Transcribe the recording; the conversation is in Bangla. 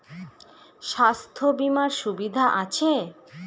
স্বাস্থ্য বিমার সুবিধা আছে?